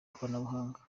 ikoranabuhanga